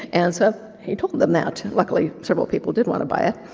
and so he told them that, luckily several people did want to buy it.